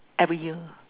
every year